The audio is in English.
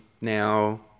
now